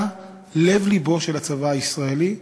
אתה לב-לבו של הצבא הישראלי,